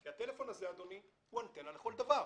כי הטלפון הזה שבידינו הוא אנטנה לכל דבר.